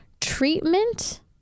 treatment